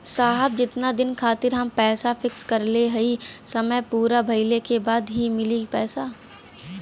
साहब जेतना दिन खातिर हम पैसा फिक्स करले हई समय पूरा भइले के बाद ही मिली पैसा?